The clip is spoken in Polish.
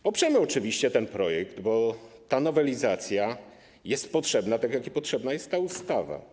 Poprzemy oczywiście ten projekt, bo ta nowelizacja jest potrzebna, tak jak potrzebna jest ta ustawa.